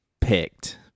picked